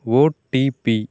OTP